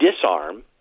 disarm